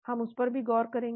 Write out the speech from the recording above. हम उस पर भी गौर करेंगे